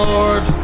Lord